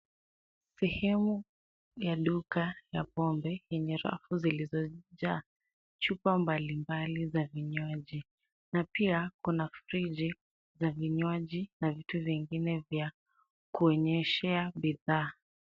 Sehemu ya duka ya pombe yenye rafu zilizojaa chupa mbalimbali za vinywaji na pia kuna friji ya vinywaji na vitu vingine vya kuonyeshea bidhaa.